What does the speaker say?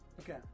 Okay